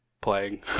playing